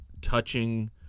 touching